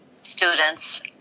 students